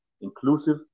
inclusive